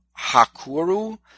Hakuru